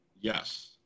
Yes